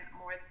more